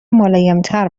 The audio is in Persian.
ملایمتر